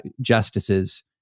justices